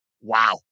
Wow